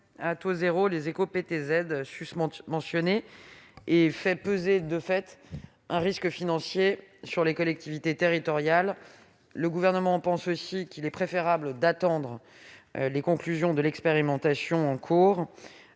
à taux zéro. De fait, nous ferions peser un risque financier sur les collectivités territoriales. Le Gouvernement pense aussi qu'il est préférable d'attendre les conclusions de l'expérimentation en cours